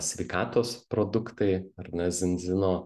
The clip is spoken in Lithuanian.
sveikatos produktai ar ne zinzino